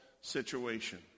situation